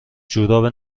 جوراب